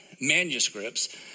manuscripts